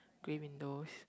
grey windows